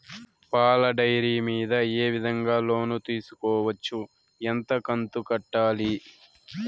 పాల డైరీ మీద ఏ విధంగా లోను తీసుకోవచ్చు? ఎంత కంతు కట్టాలి?